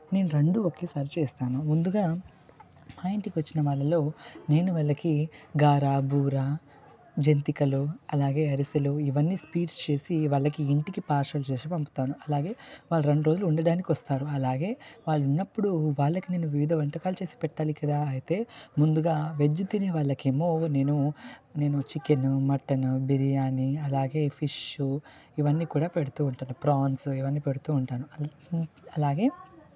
నేను రెండు ఒకేసారి చేస్తాను ముందుగా మా ఇంటికి వచ్చిన వాళ్ళలో నేను వాళ్ళకి గారా బురా జంతికలు అలాగే అరిసెలు ఇవన్నీ స్వీట్స్ చేసి వాళ్ళకి ఇంటికి పార్సల్ చేసి పంపుతాను అలాగే వాళ్ళు రెండు రోజులు ఉండడానికి వస్తారు అలాగే వాళ్ళు ఉన్నప్పుడు వాళ్ళకి నేను వివిధ వంటకాలు చేసి పెట్టాలి కదా అయితే ముందుగా వెజ్ తినే వాళ్ళకి ఏమో నేను నేను చికెన్ మటన్ బిర్యానీ అలాగే ఫిష్ ఇవన్నీ కూడా పెడుతు ఉంటాను ప్రాన్స్ ఇవన్నీ పెడుతు ఉంటాను అలాగే అలాగే